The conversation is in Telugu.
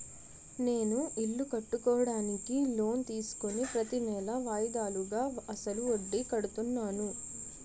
నేను ఇల్లు కట్టుకోడానికి లోన్ తీసుకుని ప్రతీనెలా వాయిదాలుగా అసలు వడ్డీ కడుతున్నాను